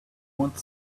want